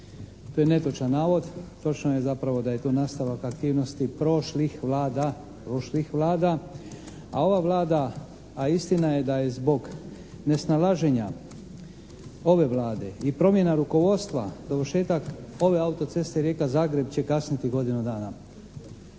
To je netočan navod. Točno je zapravo da je to nastalo kao aktivnosti prošlih Vlada, prošlih Vlada, a ova Vlada, a istina je da i zbog nesnalaženja ove Vlade i promjena rukovodstva, dovršetak ove autoceste Rijeka-Zagreb će kasniti godinu dana.